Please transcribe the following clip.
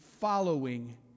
following